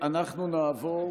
אנחנו נעבור